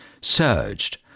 surged